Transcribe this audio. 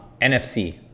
NFC